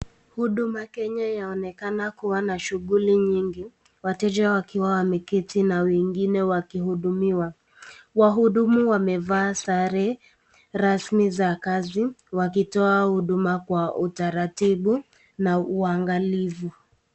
Huduma Kenya yaonekana kuwa na shughuli nyingi. Wateja wakiwa wameketi na wengine wakihudumiwa. Wahudumu wamevaa sare rasmi za kazi, wakitua huduma kwa utaratibu na uwangalifu.